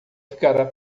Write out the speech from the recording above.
ficará